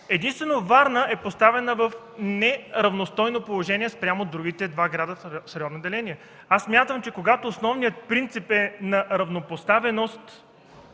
Единствено Варна е поставена в неравностойно положение спрямо другите два града с районно деление. Смятам, че когато основният принцип е на равнопоставеност,